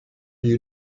you